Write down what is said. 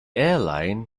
airline